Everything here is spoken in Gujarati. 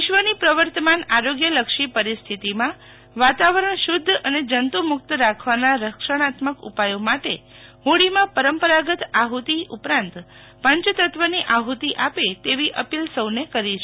વિશ્વની પ્રવતમાન આરોગ્યલક્ષી પરિસ્થિતિમાં વાતાવરણ શુદ્ધ અને જંતુમુક્ત રાખવોના રક્ષણાત્મક ઉપાયો માટે હોલમાં પરંપરાગત આફતિ ઉપરાંત પંચતત્વ ની આહુતિ આપે તેવી અપીલ સૌને કરી છે